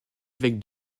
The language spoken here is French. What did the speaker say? avec